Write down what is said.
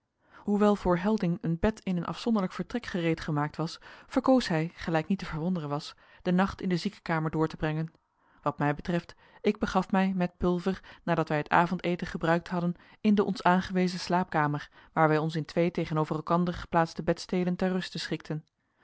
hoewel voor helding een bed in een afzonderlijk vertrek gereedgemaakt was verkoos hij gelijk niet te verwonderen was den nacht in de ziekekamer door te brengen wat mij betreft ik begaf mij met pulver nadat wij het avondeten gebruikt hadden in de ons aangewezen slaapkamer waar wij ons in twee tegenover elkander geplaatste bedsteden ter ruste schikten